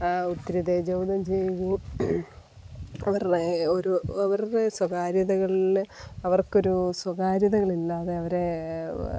ഒത്തിരി തേജോവധം ചെയ്യുന്നു അവരുടെ ഒരു അവരുടെ സ്വകാര്യതകളിൽ അവർക്കൊരു സ്വകാര്യതകളില്ലാതെ അവരെ